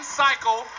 cycle